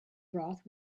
broth